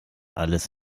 alles